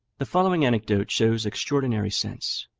the following anecdote shows extraordinary sense,